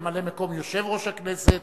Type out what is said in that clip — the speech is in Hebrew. ממלא-מקום יושב-ראש הכנסת,